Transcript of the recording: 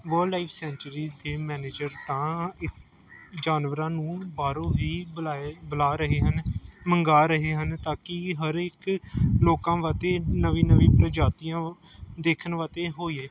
wild life sanctuary ਦੇ manager ਤਾਂ ਜਾਨਵਰਾਂ ਨੂੰ ਬਾਹਰੋਂ ਵੀ ਬੁਲਾਏ ਬੁਲਾ ਰਹੇ ਹਨ ਮੰਗਵਾ ਰਹੇ ਹਨ ਤਾਂ ਕਿ ਹਰ ਇੱਕ ਲੋਕਾਂ ਵਾਸਤੇ ਨਵੀਂ ਨਵੀਂ ਪ੍ਰਜਾਤੀਆਂ ਦੇਖਣ ਵਾਸਤੇ ਹੋਈਏ